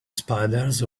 spiders